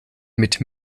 mit